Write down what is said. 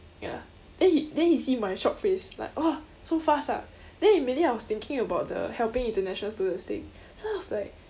ya then he then he see my shocked face like oh so fast ah then immediately I was thinking about the helping international students thing so I was like